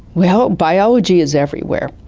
well, biology is everywhere,